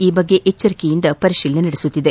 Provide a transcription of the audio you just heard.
ಈ ಬಗ್ಗೆ ಎಚ್ದರಿಕೆಯಿಂದ ಪರಿಶೀಲನೆ ನಡೆಸುತ್ತಿದೆ